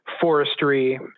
forestry